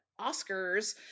Oscars